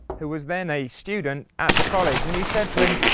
who was then a student at the college, and he said to him.